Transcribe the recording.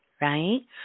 right